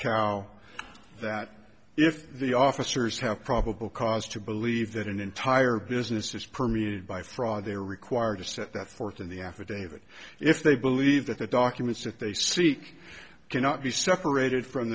cow that if the officers have probable cause to believe that an entire business is permeated by fraud they are required to set that forth in the affidavit if they believe that the documents that they seek cannot be separated from